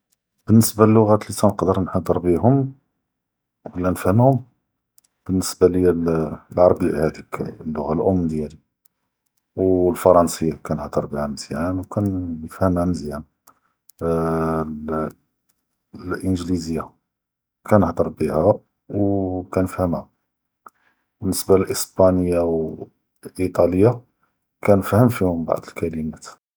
באלניסבה ללוג’את לי ת’נقدر נהדר בהום ולא נפ’המهم, באלניסבה ליא אלערביה האדאכ אלאלוג’ה אלאם דיאלי, ו אלפרנסיה כנ’הדר בה מיז’אן ו כנפ’המה מיז’אן, אה אלאנגליזיה כנ’הדר בה ו כנפ’המה, ובאלניסבה לאספאניה ו אליטאליאנה כנפ’המ פיהום בע’ד אלאקלמאת.